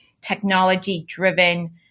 technology-driven